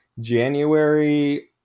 january